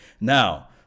now